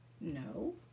No